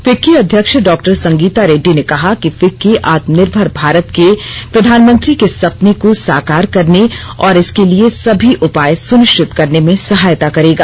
FICCI अध्यक्ष doctor Sangita Reddy ने कहा कि फिक्की आत्मनिर्मर भारत के प्रधानमंत्री के सपने को साकार करने और इसके लिए सभी उपाय सुनिश्चित करने में सहायता करेगा